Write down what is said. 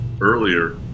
Earlier